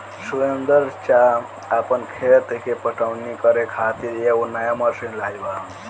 सुरेंदर चा आपन खेत के पटवनी करे खातिर एगो नया मशीन लाइल बाड़न